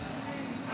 בנימין גנץ.